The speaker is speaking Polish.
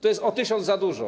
To jest o tysiąc za dużo.